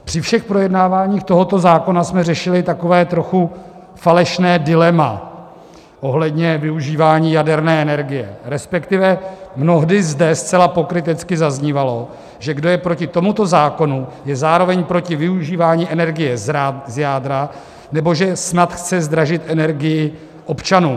Při všech projednáváních tohoto zákona jsme řešili takové trochu falešné dilema ohledně využívání jaderné energie, respektive mnohdy zde zcela pokrytecky zaznívalo, že kdo je proti tomuto zákonu, je zároveň proti využívání energie z jádra, nebo že snad chce zdražit energii občanům.